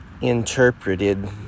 interpreted